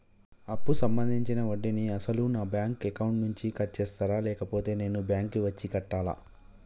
అప్పు సంబంధించిన వడ్డీని అసలు నా బ్యాంక్ అకౌంట్ నుంచి కట్ చేస్తారా లేకపోతే నేను బ్యాంకు వచ్చి కట్టాలా?